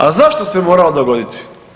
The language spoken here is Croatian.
A zašto se moralo dogoditi?